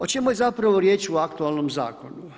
O čemu je zapravo riječ u aktualnom zakonu?